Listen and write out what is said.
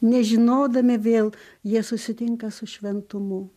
nežinodami vėl jie susitinka su šventumu